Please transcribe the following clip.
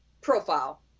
profile